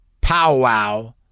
powwow